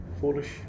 foolish